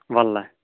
وَللہ